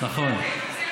נכון.